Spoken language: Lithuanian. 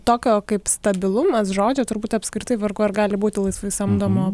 tokio kaip stabilumas žodžio turbūt apskritai vargu ar gali būti laisvai samdomo